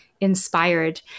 inspired